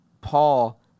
Paul